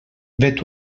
vet